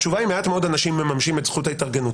התשובה היא שמעט מאוד אנשים מממשים את זכות ההתארגנות.